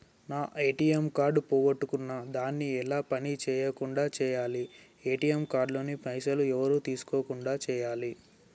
నా ATM card పోగొట్టుకున్నా దాన్ని ఎలా పని చేయకుండా చేయాలి ఏ.టి.ఎమ్ కార్డు లోని పైసలు ఎవరు తీసుకోకుండా చేయాలి?